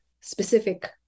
specific